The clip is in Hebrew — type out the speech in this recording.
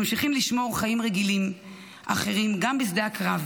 שממשיכים לשמור חיים רגילים אחרים גם בשדה הקרב,